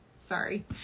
Sorry